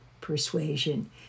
persuasion